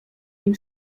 nim